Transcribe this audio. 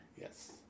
Yes